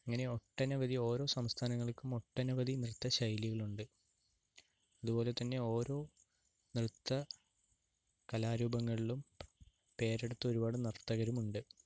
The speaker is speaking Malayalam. ഇങ്ങനെ ഒട്ടനവധി ഓരോ സംസ്ഥാനങ്ങൾക്കും ഒട്ടനവധി നൃത്ത ശൈലികളുണ്ട് അതുപോലെ തന്നെ ഓരോ നൃത്ത കലാരൂപങ്ങളിലും പേരെടുത്ത ഒരുപാട് നർത്തകരുമുണ്ട്